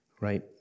right